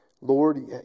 Lord